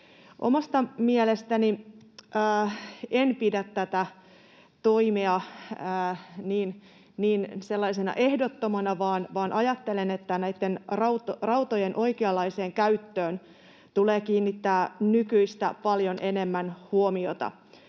Omasta mielestäni en pidä tätä toimea niin ehdottomana, vaan ajattelen, että näitten rautojen oikeanlaiseen käyttöön tulee kiinnittää nykyistä paljon enemmän huomiota.